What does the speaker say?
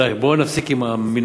די, בואו נפסיק עם המנהג,